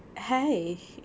!hey!